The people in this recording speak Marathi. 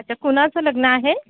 अच्छा कुणाचं लग्न आहे